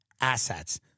assets